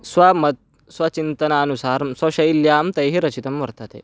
स्वामतेन स्वचिन्तनानुसारं स्वशैल्यां तैः रचितं वर्तते